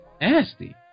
nasty